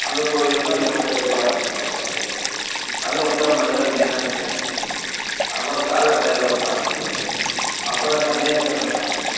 அந்த கோயிலுக்கும் நல்லா சிறப்பாக இருக்கும்ங்க போகறதுக்கு அதை விட்டா மதுரை மீனாட்சி அம்மன் அப்புறம் கால பைரவர் சாமி அப்புறம் சனீஸ்வரர் சாமி